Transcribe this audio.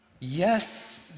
Yes